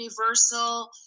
universal